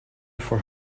for